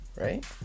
Right